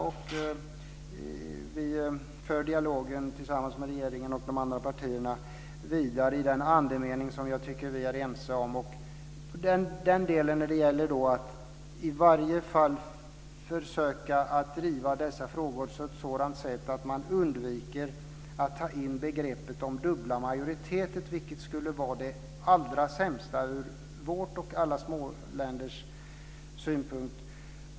Vi för dialogen vidare tillsammans med regeringen och de andra partierna i en andemening som jag tycker att vi är ense om när det gäller att försöka driva dessa frågor på ett sådant sätt att man undviker att ta in begreppet om dubbla majoriteter, vilket skulle vara det allra sämsta ur vår och alla små länders synpunkt.